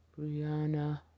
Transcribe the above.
Brianna